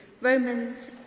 Romans